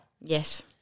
Yes